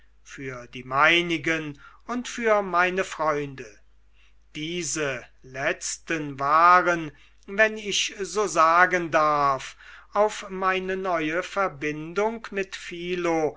für die meinigen und für meine freunde diese letzten waren wenn ich so sagen darf auf meine neue verbindung mit